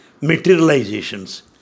materializations